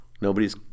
Nobody's